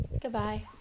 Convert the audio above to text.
Goodbye